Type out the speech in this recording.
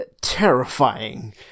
terrifying